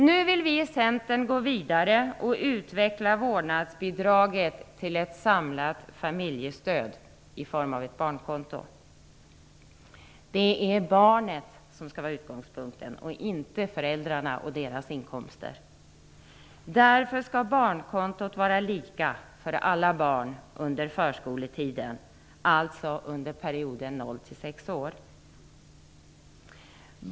Nu vill vi i Centern gå vidare och utveckla vårdnadsbidraget till ett samlat familjestöd i form av ett barnkonto. Det är barnen som skall vara utgångspunkten, inte föräldrarna och deras inkomster. Därför skall barnkontot vara lika för alla barn under förskoleåldern, alltså under perioden 0-6 år.